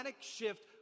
shift